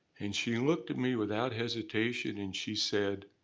and she looked at me without hesitation and she said,